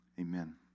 amen